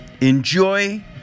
Enjoy